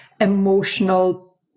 emotional